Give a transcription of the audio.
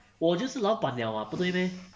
我就是老板 liao ah 不对 meh